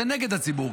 זה נגד הציבור.